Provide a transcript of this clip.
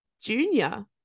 Junior